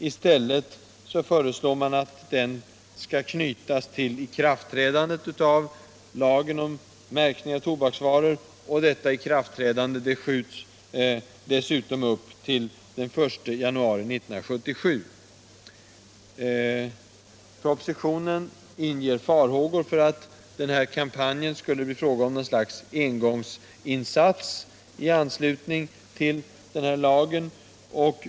I stället föreslår man att denna kampanj skall knytas till ikraftträdandet av lagen om märkning av tobaksvaror, och detta ikraftträdande skjuts dessutom upp till den 1 januari 1977. Propositionen inger farhågor för att kampanjen skulle bli något slags engångsinsats i anslutning till den nämnda lagen.